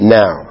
now